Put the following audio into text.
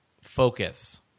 focus